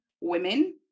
women